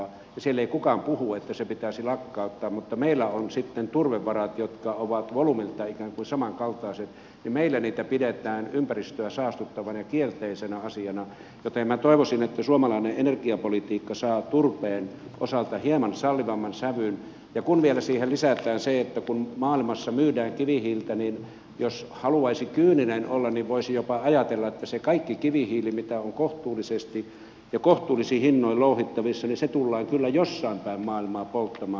siellä ei kukaan puhu että se pitäisi lakkauttaa mutta meillä on sitten turvevarat jotka ovat volyymiltaan ikään kuin samankaltaiset ja meillä niitä pidetään ympäristöä saastuttavana ja kielteisenä asiana joten minä toivoisin että suomalainen energiapolitiikka saa turpeen osalta hieman sallivamman sävyn kun vielä siihen lisätään se että kun maailmassa myydään kivihiiltä niin jos haluaisi kyyninen olla niin voisi jopa ajatella että se kaikki kivihiili mitä on kohtuullisesti ja kohtuullisin hinnoin louhittavissa tullaan kyllä jossain päin maailmaa polttamaan